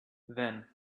then